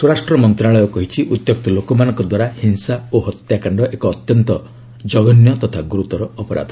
ସ୍ୱରାଷ୍ଟ୍ର ମନ୍ତ୍ରଣାଳୟ କହିଛି ଉତ୍ୟକ୍ତ ଲୋକମାନଙ୍କ ଦ୍ୱାରା ହିଂସା ଓ ହତ୍ୟାକାଣ୍ଡ ଏକ ଅତ୍ୟନ୍ତ ଜଘନ୍ୟ ତଥା ଗୁରୁତର ଅପରାଧ